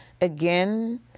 again